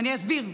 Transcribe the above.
ואני אסביר.